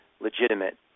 legitimate